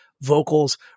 vocals